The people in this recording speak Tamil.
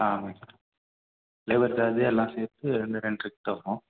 ஆமாம் சார் லேபர் சார்ஜு எல்லாம் சேர்த்து ரெண்டு ரெண்டரைக் கிட்ட இருக்கும்